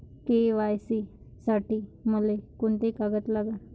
KYC साठी मले कोंते कागद लागन?